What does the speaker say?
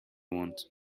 want